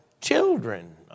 children